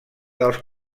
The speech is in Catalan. dels